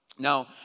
Now